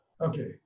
Okay